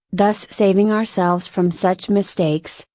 thus saving ourselves from such mistakes,